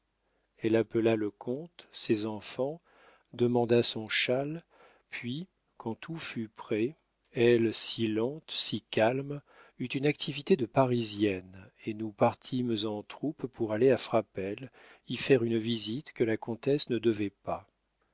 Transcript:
elle appela le comte ses enfants demanda son châle puis quand tout fut prêt elle si lente si calme eut une activité de parisienne et nous partîmes en troupe pour aller à frapesle y faire une visite que la comtesse ne devait pas